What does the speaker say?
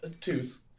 twos